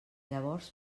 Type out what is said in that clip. llavors